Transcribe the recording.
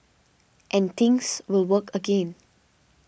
and things will work again